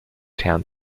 town